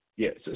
Yes